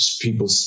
people